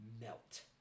melt